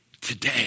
today